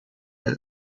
that